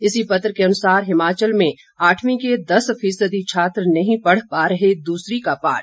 इसी पत्र के अनुसार हिमाचल में आठवीं के दस फीसदी छात्र नहीं पढ़ पा रहे दूसरी का पाठ